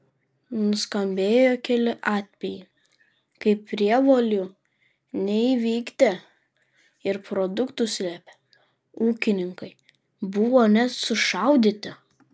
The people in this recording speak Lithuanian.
nuskambėjo keli atvejai kai prievolių neįvykdę ir produktus slėpę ūkininkai buvo net sušaudyti